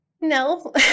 No